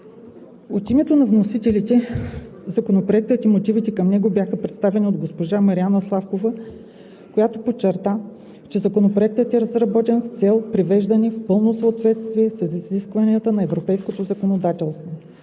От името на вносителите Законопроектът и мотивите към него бяха представени от госпожа Мариана Славкова. Тя подчерта, че Законопроектът е разработен с цел привеждане в пълно съответствие с изискванията на Европейското законодателство.